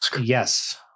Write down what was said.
Yes